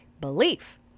belief